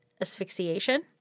asphyxiation